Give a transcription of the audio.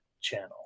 channel